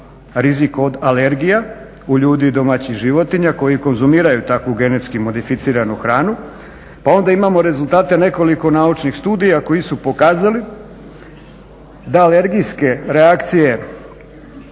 rizik od alergija u ljudi i domaćih životinja koji konzumiraju takvu GMO hranu. Pa onda imamo rezultate nekoliko naučnih studija koji su pokazali da alergijske reakcije